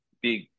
big